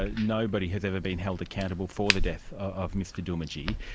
ah nobody has ever been held accountable for the death of mr doomadgee.